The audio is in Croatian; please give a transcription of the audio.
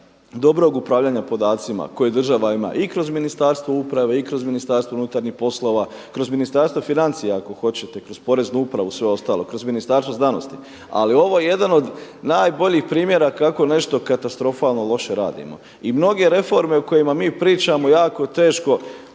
dobrog upravljanja podacima koje država ima i kroz Ministarstvo uprave, i kroz MUP, kroz Ministarstvo financija ako hoćete kroz Poreznu upravu sve ostalo, kroz Ministarstvo znanosti, ali ovo je jedan od najboljih primjera kako nešto katastrofalno loše radimo. I mnoge reforme o kojima mi pričamo jako teško